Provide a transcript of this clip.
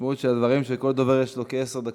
והמשמעות של הדברים היא שלכל דובר יש כעשר דקות.